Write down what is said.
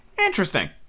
interesting